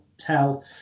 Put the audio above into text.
tell